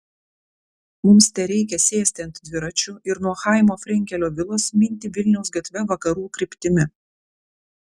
mums tereikia sėsti ant dviračių ir nuo chaimo frenkelio vilos minti vilniaus gatve vakarų kryptimi